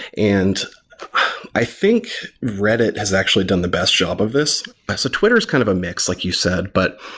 and i think reddit has actually done the best job of this. so twitter is kind of a mix, like you said. but,